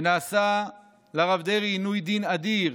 שנעשה לרב דרעי עינוי דין אדיר,